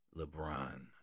LeBron